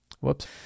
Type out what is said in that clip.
whoops